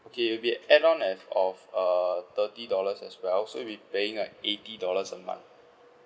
okay will be add on as of uh thirty dollars as well so you'll be paying an eighty dollars a month